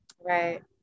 right